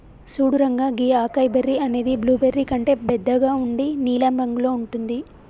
సూడు రంగా గీ acai berry అనేది బ్లూబెర్రీ కంటే బెద్దగా ఉండి నీలం రంగులో ఉంటుంది